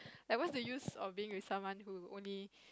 like what's the use of being with someone who only